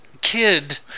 kid